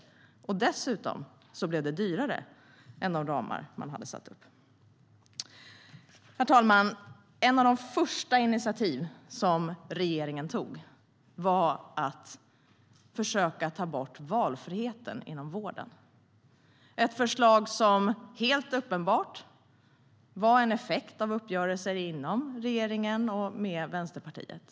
Dessutom har det då blivit dyrare än enligt de ramar man satt upp. Herr talman! Ett av de första initiativ som regeringen tog var att försöka ta bort valfriheten inom vården. Det var ett förslag som helt uppenbart var en effekt av uppgörelser inom regeringen och med Vänsterpartiet.